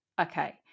okay